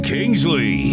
Kingsley